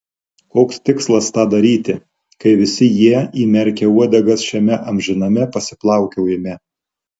koks tikslas tą daryti kai visi jie įmerkę uodegas šiame amžiname pasiplaukiojime